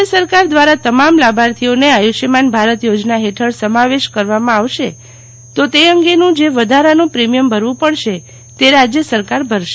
રાજય સરકાર દ્વારા તમામ લાભાર્થીઓને આયુષમાન ભારત યોજના હેઠળ સમાવેશ કરવામાં આવશે તો તે અંગેનું જે વધારાનું પ્રીમિયમ ભરવું પડશે તે રાજય સરકાર ભરશે